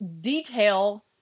detail